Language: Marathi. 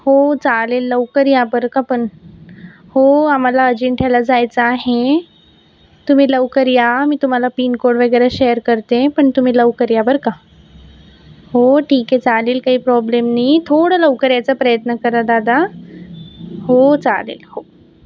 हो चालेल लवकर या बरका पण हो आम्हाला अजिंठ्याला जायचं आहे तुम्ही लवकर या मी तुम्हाला पिन कोड वगैरे शेअर करते पण तुम्ही लवकर या बर का हो ठीक य चालेल कई प्रॉब्लेम नई थोडं लवकर यायचा प्रयत्न करा दादा हो चालेल हो